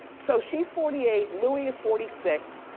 so she's forty eight, louie is forty six.